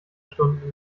stunden